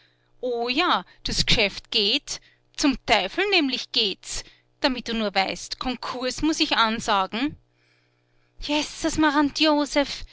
oh ja das g'schäft geht zum teufel nämlich geht es damit du nur weißt konkurs muß ich ansagen